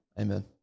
Amen